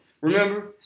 Remember